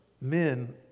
men